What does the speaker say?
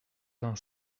vingt